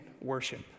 worship